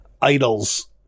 Idols